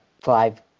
five